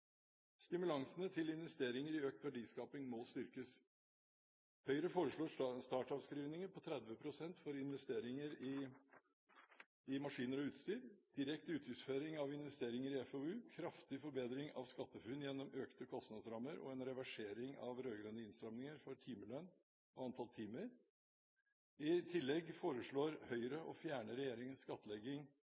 Stimulansene til investeringer i økt verdiskaping må styrkes. Høyre foreslår startavskrivninger på 30 pst. for investeringer i maskiner og utstyr, direkte utgiftsføring av investeringer i FoU, kraftig forbedring av SkatteFUNN gjennom økte kostnadsrammer og en reversering av rød-grønne innstramminger for timelønn og antall timer forskningsinnsats. I tillegg foreslår Høyre å fjerne regjeringens skattlegging